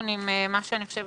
אם אומרים שצריך